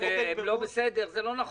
שהם לא בסדר, זה לא נכון.